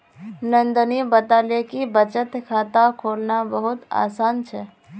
नंदनी बताले कि बचत खाता खोलना बहुत आसान छे